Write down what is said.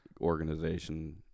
organization